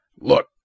Look